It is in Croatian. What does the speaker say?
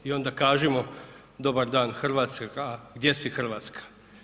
I onda kažimo dobar dan Hrvatska, gdje si Hrvatska.